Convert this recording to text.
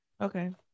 Okay